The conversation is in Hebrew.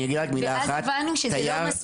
אז הבנו שזה לא מספיק.